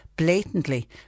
Blatantly